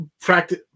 practice